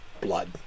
blood